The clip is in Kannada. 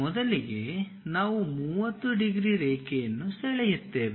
ಮೊದಲಿಗೆ ನಾವು 30 ಡಿಗ್ರಿ ರೇಖೆಯನ್ನು ಸೆಳೆಯುತ್ತೇವೆ